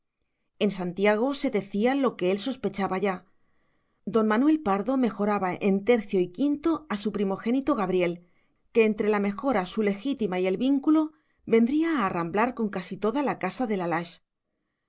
en santiago se decía lo que él sospechaba ya don manuel pardo mejoraba en tercio y quinto a su primogénito gabriel que entre la mejora su legítima y el vínculo vendría a arramblar con casi toda la casa de la lage